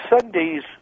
Sunday's